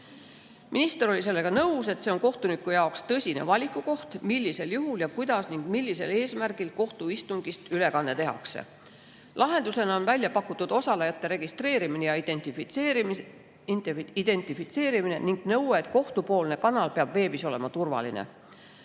Minister oli sellega nõus, et see on kohtuniku jaoks tõsine valikukoht, millisel juhul ja kuidas ning millisel eesmärgil kohtuistungist ülekanne tehakse. Lahendusena on välja pakutud osalejate registreerimine ja identifitseerimine ning nõue, et kohtupoolne kanal peab veebis olema turvaline.